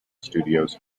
studios